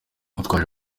yitwaje